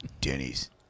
Denny's